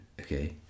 okay